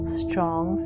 strong